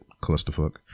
clusterfuck